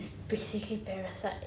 it's basically parasite